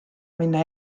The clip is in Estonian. minna